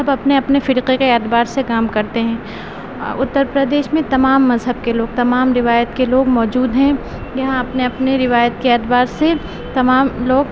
سب اپنے اپنے فرقے کے اعتبار سے کام کرتے ہیں اور اتر پردیش میں تمام مذہب کے لوگ تمام روایت کے لوگ موجود ہیں یہاں اپنے اپنے روایت کے اعتبار سے تمام لوگ